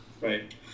right